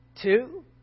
Two